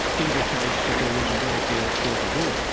indicates that there is a great deal still to do.